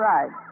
Right